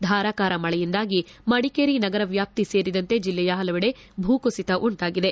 ಧಾರಾಕಾರ ಮಳೆಯಿಂದಾಗಿ ಮಡಿಕೇರಿ ನಗರ ವ್ಯಾಪ್ತಿ ಸೇರಿದಂತೆ ಬೆಲ್ಲೆಯ ಪಲವೆಡೆ ಭೂಕುಸಿತ ಉಂಟಾಗಿದೆ